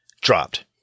dropped